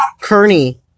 Kearney